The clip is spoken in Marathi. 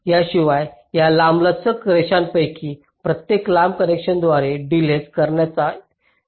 याशिवाय या लांबलचक रेषांपैकी प्रत्येक लांब कनेक्शनद्वारे डिलेज करण्यास योगदान देईल